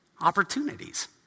Opportunities